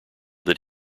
that